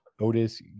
Otis